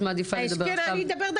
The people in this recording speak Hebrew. היעדר